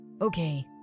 Okay